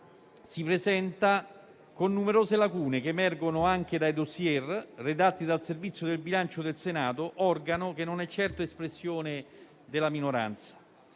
si presenta con numerose lacune che emergono anche dai *dossier* redatti dal Servizio del bilancio del Senato, organo che non è certo espressione della minoranza.